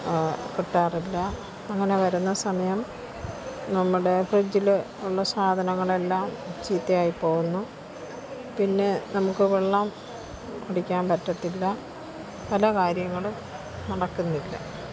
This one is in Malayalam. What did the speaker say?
കിട്ടാറില്ല അങ്ങനെ വരുന്ന സമയം നമ്മുടെ ഫ്രിഡ്ജിൽ ഉള്ള സാധനങ്ങളെല്ലാം ചീത്തയായിപ്പോകുന്നു പിന്നെ നമുക്ക് വെള്ളം കുടിക്കാന് പറ്റത്തില്ല പല കാര്യങ്ങളും നടക്കുന്നില്ല